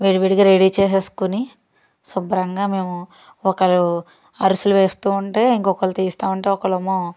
వేడివేడిగా రెడీ చేసుకొని శుభ్రంగా మేము ఒకరు అరిసెలు వేస్తు ఉంటే ఇంకొకరు తీస్తా ఉంటే ఒకరు